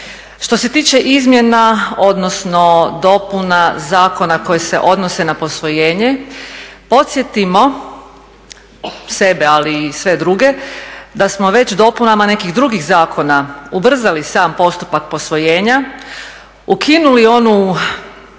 Što se tiče izmjena odnosno dopuna zakona koji se odnose na posvojenje, podsjetimo sebe ali i sve druge da smo već dopunama nekih drugih zakona ubrzali sam postupak posvojenja, ukinuli onu